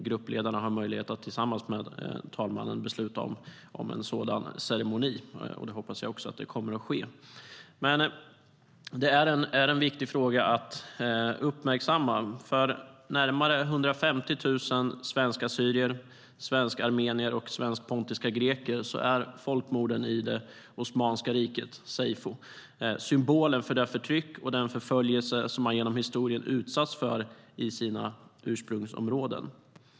Gruppledarna har möjlighet att tillsammans med talmannen besluta om en sådan ceremoni. Jag hoppas att det kommer att ske. Det är en viktig fråga att uppmärksamma. För närmare 150 000 svensk-assyrier, svensk-armenier och svensk-pontiska greker är folkmorden i Osmanska riket, seyfo, symbolen för det förtryck och den förföljelse som de genom historien utsatts för i sina ursprungsområden.